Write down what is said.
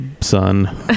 son